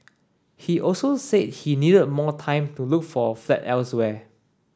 he also said he needed more time to look for a flat elsewhere